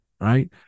right